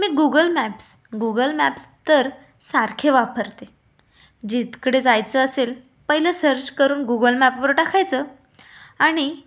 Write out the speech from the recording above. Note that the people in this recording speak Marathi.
मी गुगल मॅप्स गुगल मॅप्स तर सारखे वापरते जिकडे जायचं असेल पहिले सर्च करून गुगल मॅपवर टाकायचं आणि